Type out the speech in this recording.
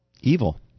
Evil